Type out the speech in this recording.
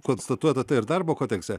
konstatuota tai ir darbo kodekse